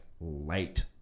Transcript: Late